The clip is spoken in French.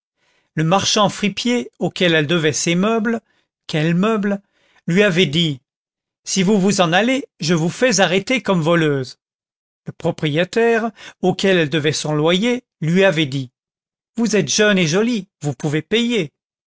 le marchand fripier auquel elle devait ses meubles quels meubles lui avait dit si vous vous en allez je vous fais arrêter comme voleuse le propriétaire auquel elle devait son loyer lui avait dit vous êtes jeune et jolie vous pouvez payer